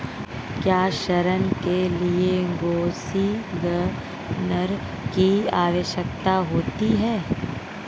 क्या ऋण के लिए कोसिग्नर की आवश्यकता होती है?